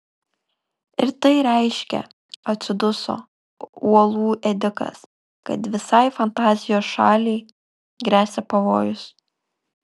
ir tai reiškia atsiduso uolų ėdikas kad visai fantazijos šaliai gresia pavojus